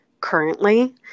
currently